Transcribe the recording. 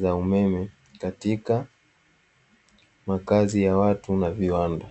za umeme, katika makazi ya watu na viwanda.